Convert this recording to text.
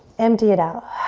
empty it out.